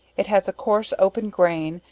it has a coarse open grain,